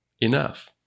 enough